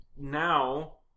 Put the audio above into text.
now